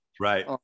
Right